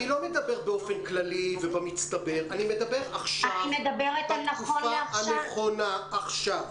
אני לא מדבר באופן כללי ובמצטבר עכשיו בתקופה הנכונה עכשיו.